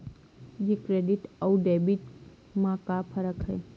ये क्रेडिट आऊ डेबिट मा का फरक है?